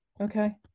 Okay